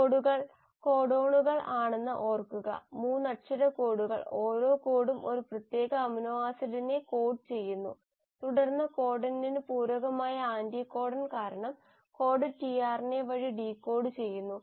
കോഡുകൾ കോഡോനുകൾ ആണെന്ന് ഓർക്കുക 3 അക്ഷര കോഡുകൾ ഓരോ കോഡും ഒരു പ്രത്യേക അമിനോ ആസിഡിനെ കോഡ് ചെയ്യുന്നു തുടർന്ന് കോഡണിന് പൂരകമായ ആന്റികോഡൺ കാരണം കോഡ് tRNA വഴി ഡീകോഡ് ചെയ്യുന്നു